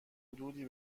حدودی